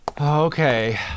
Okay